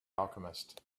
alchemist